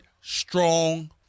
strong